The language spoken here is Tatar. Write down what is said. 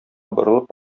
борылып